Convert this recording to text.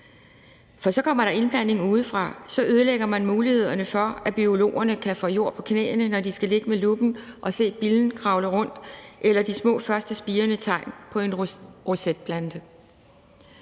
For så kommer der indblanding udefra og så ødelægger man mulighederne for, at biologerne kan få jord på knæene, når de skal ligge med luppen og se billen kravle rundt eller de små, første spirende tegn på en rosetplante.